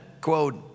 quote